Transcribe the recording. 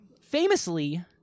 famously